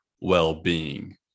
well-being